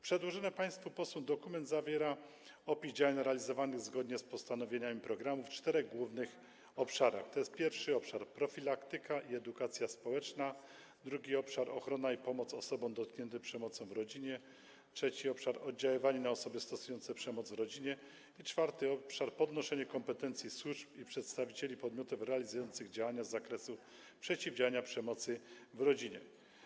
Przedłożony państwu posłom dokument zawiera opis działań realizowanych zgodnie z postanowieniami programu w czterech głównych obszarach - pierwszy obszar: profilaktyka i edukacja społeczna, drugi obszar: ochrona i pomoc osobom dotkniętym przemocą w rodzinie, trzeci obszar: oddziaływanie na osoby stosujące przemoc w rodzinie, czwarty obszar: podnoszenie kompetencji służb i przedstawicieli podmiotów realizujących działania z zakresu przeciwdziałania przemocy w rodzinie.